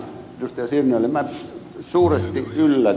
ihan lyhyesti vaan ed